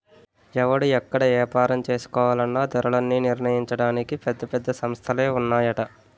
ఎవడు ఎక్కడ ఏపారం చేసుకోవాలన్నా ధరలన్నీ నిర్ణయించడానికి పెద్ద పెద్ద సంస్థలే ఉన్నాయట